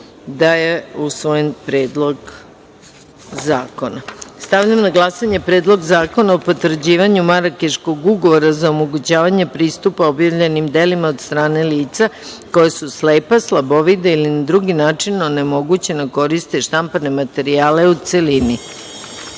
da je usvojen Predlog zakona. Stavljam na glasanje Predlog zakona o potvrđivanju Marakeškog ugovora za omogućavanje pristupa objavljenim delima od strane lica koja su slepa, slabovida ili na drugi način onemogućena da koriste štampane materijale, u